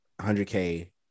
100K